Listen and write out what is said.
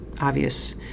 obvious